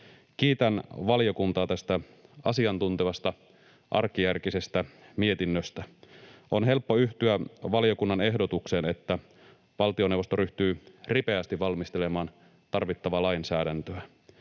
Kiitän valiokuntaa tästä asiantuntevasta, arkijärkisestä mietinnöstä. On helppo yhtyä valiokunnan ehdotukseen, että valtioneuvosto ryhtyy ripeästi valmistelemaan tarvittavaa lainsäädäntöä.